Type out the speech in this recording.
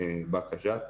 בבקעה-ג'ת,